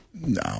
No